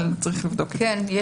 אבל צריך לבדוק את זה.